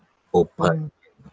open